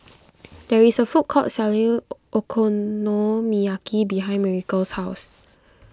there is a food court selling Okonomiyaki behind Miracle's house